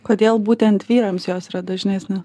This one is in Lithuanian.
kodėl būtent vyrams jos yra dažnesnės